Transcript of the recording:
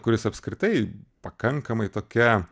kuris apskritai pakankamai tokia